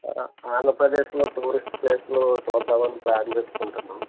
ఆంధ్రప్రదేశ్లో టూరిస్ట్ ప్లేసులు చూద్దామని ప్లాన్ చేసుకుంటున్నాం